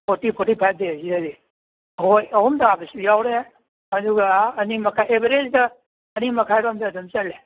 forty forty ꯐꯥꯏꯕ ꯗꯦꯁ ꯁꯤꯗꯗꯤ ꯑꯍꯣꯏ ꯑꯍꯨꯝ ꯇꯥꯕꯁꯨ ꯌꯥꯎꯔꯦ ꯑꯗꯨꯒ ꯑꯅꯤ ꯃꯈꯥꯏ ꯑꯦꯕꯔꯦꯖꯗ ꯑꯅꯤ ꯃꯈꯥꯏꯔꯣꯝꯗ ꯑꯗꯨꯃ ꯆꯠꯂꯦ